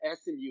SMU